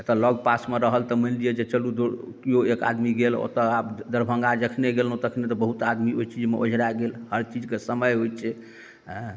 एतऽ लग पासमे रहल तऽ मानि लिअ जे चलू केओ एक आदमी गेल ओतऽ आब दरभङ्गा जखने गेलहुँ तखने तऽ बहुत आदमी ओहि चीजमे ओझराए गेल हर चीज कऽ समय होयत छै हँ